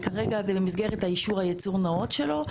כרגע זה במסגרת אישור ייצור נאות שלו.